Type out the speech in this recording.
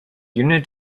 unit